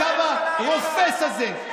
הקו הרופס הזה,